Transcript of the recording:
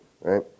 Right